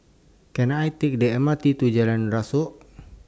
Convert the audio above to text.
Can I Take The M R T to Jalan Rasok